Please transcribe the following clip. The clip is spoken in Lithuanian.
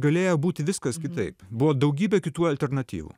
galėjo būti viskas kitaip buvo daugybė kitų alternatyvų